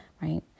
right